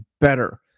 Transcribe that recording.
better